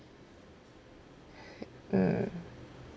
mm